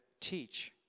teach